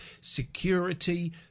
security